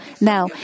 Now